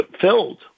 filled